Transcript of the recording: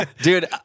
Dude